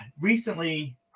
Recently